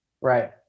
Right